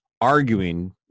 arguing